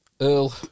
Earl